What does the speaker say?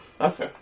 Okay